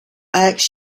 acts